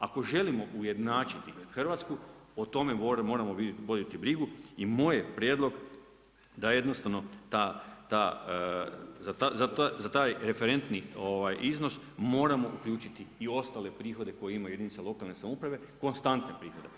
Ako želimo ujednačiti Hrvatsku, o tome moramo voditi brigu i moj je prijedlog da jednostavno za taj referentni iznos moramo uključiti i ostale prihode koje imaju jedinica lokalne samouprave, konstantne prihode.